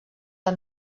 del